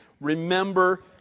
remember